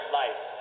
life